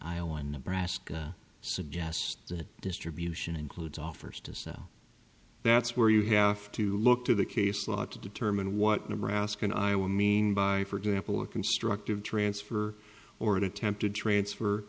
iowa nebraska suggests that distribution includes offers to say that's where you have to look to the case law to determine what nebraska and iowa mean by for example a constructive transfer or an attempted transfer